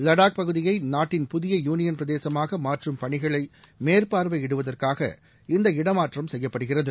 லடாக் பகுதியை நாட்டின் புதிய யூனியன் பிரதேசமாக மாற்றும் பணிகளை மேற்பா்வையிடுவதற்காக இந்த இடமாற்றம் செய்யப்படுகிறது